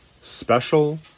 special